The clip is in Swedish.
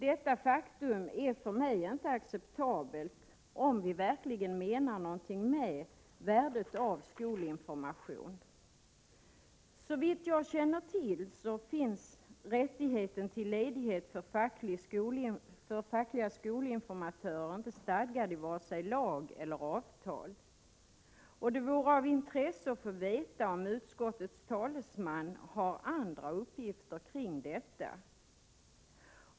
Detta förhållande är för mig inte acceptabelt, om vi verligen menar någonting med värdet av skolinformation. Såvitt jag känner till finns rättigheten till ledighet för fackliga skolinformatörer inte stadgad i vare sig lag eller avtal. Det vore av intresse att få veta om utskottets talesman har andra uppgifter kring detta.